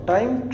Time